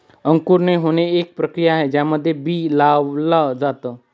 अंकुरित होणे, एक प्रक्रिया आहे ज्यामध्ये बी लावल जाता